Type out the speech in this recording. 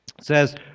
says